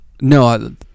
no